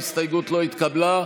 ההסתייגות לא התקבלה.